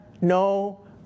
no